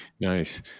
Nice